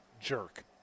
jerk